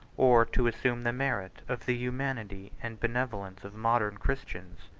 or to assume the merit of the humanity and benevolence of modern christians.